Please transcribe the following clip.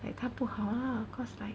他不好 lah cause like